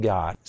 God